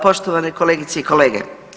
Poštovane kolegice i kolege.